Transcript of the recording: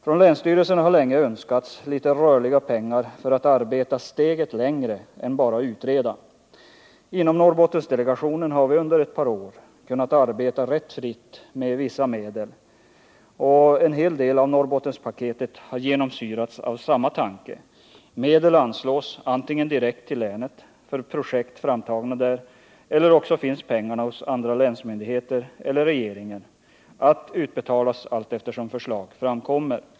Från länsstyrelserna har länge önskats litet rörliga pengar för att arbeta steget längre än bara utreda. Inom Norrbottendelegationen har vi under ett par år kunnat arbeta rätt fritt med vissa medel, och en hel del av Norrbottenspaketet har genomsyrats av samma tanke. Medel anslås antingen direkt till länet för projekt framtagna där, eller också finns pengarna hos andra länsmyndigheter eller regeringen — att utbetalas allteftersom förslag framkommer.